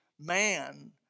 man